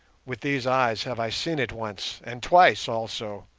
with these eyes have i seen it once, and twice also.